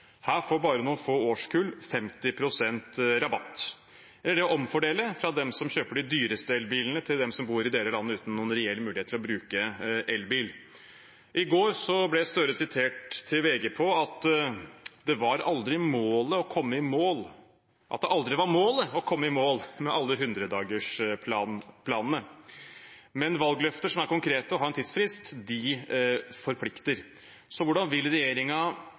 her får bare noen få årskull 50 pst. rabatt – og det er det med å omfordele fra dem som kjøper de dyreste elbilene, til dem som bor i deler av landet uten noen reell mulighet til å bruke elbil. I går ble Støre sitert i VG på at det aldri var målet å komme i mål med alle 100-dagersplanene. Men valgløfter som er konkrete og har en tidsfrist, forplikter. Så hvordan vil